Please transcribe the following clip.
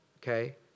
Okay